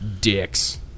Dicks